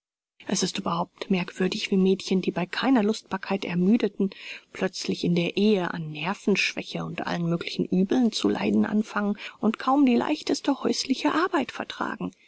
es ist überhaupt merkwürdig wie mädchen die bei keiner lustbarkeit ermüdeten plötzlich in der ehe an nervenschwäche und allen möglichen uebeln zu leiden anfangen und kaum die leichteste häusliche arbeit vertragen